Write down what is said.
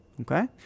okay